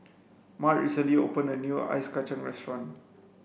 mart recently opened a new ice kachang restaurant